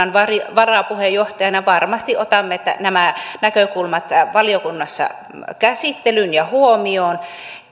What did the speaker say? varapuheenjohtajana että varmasti otamme nämä näkökulmat valiokunnassa käsittelyyn ja huomioon